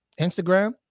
Instagram